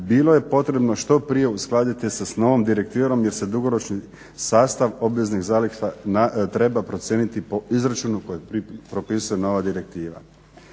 bilo je potrebno što prije uskladiti se s novom direktivom gdje se dugoročni sastav obveznih zaliha treba procijeniti po izračunu kojeg propisuje nova direktiva.